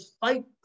fight